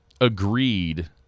agreed